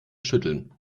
schütteln